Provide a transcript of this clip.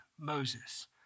Moses